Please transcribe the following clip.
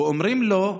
ואומרים לו: